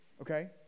Okay